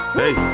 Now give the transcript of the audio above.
hey